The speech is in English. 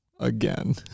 again